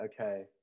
Okay